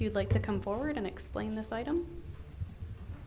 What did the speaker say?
you'd like to come forward and explain this item